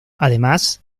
además